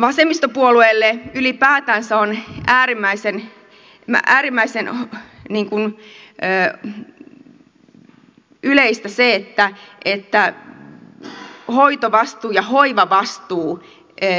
vasemmistopuolueille ylipäätänsä on äärimmäisen yleistä se että hoitovastuu ja hoivavastuu